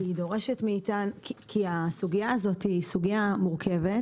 כי הסוגייה הזאת היא סוגיה מורכבת